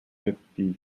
fifty